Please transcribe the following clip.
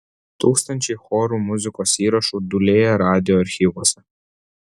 tūkstančiai chorų muzikos įrašų dūlėja radijo archyvuose